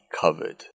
covered